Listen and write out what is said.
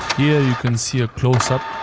here you can see a close-up.